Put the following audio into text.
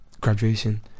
graduation